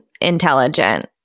intelligent